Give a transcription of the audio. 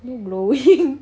ni glowing